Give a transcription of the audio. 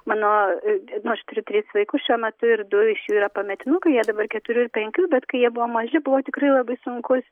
mano nu aš turiu tris vaikus šiuo metu ir du iš jų yra pametinukai jie dabar keturių ir penkių bet kai jie buvo maži buvo tikrai labai sunkus